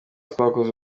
twakoze